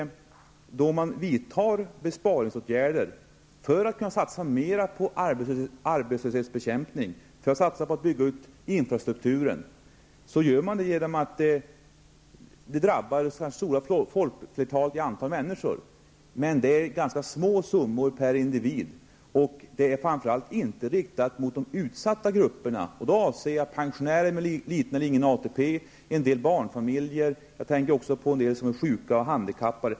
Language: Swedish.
När man för att kunna satsa mer på arbetslöshetsbekämpning och på att bygga ut infrastrukturen vidtar besparingsåtgärder drabbar det visserligen det stora folkflertalet, men det handlar om ganska små summor per individ. Besparingsåtgärderna är framför allt inte riktade mot de utsatta grupperna, dvs. pensionärer med liten eller ingen ATP, en del barnfamiljer samt sjuka och handikappade.